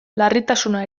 larritasuna